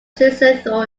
sesotho